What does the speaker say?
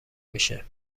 میشه